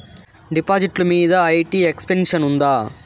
డిపాజిట్లు మీద IT exemption ఉందా?